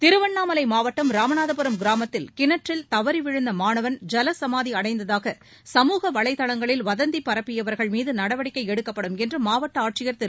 திருவண்ணாமலை மாவட்டம் ராமநாதபுரம் கிராமத்தில் கிணற்றில் தவறி விழுந்த மாணவன் ஜலசமாதி அடைந்ததாக சமூக வளைதவங்களில் வதந்தி பரப்பியவர்கள் மீது நடவடிக்கை எடுக்கப்படும் என்று மாவட்ட ஆட்சியர் திரு